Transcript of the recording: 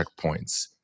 checkpoints